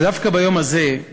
אבל דווקא ביום הזה,